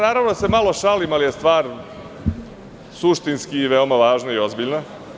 Naravno, malo se šalim, ali je stvar suštinski veoma važna i ozbiljna.